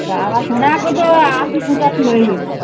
বাবা সোনা এখন তো আশি পঁচাশি হয়ে গিয়েছে